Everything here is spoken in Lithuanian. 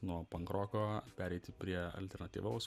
nuo pankroko pereiti prie alternatyvaus